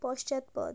পশ্চাৎপদ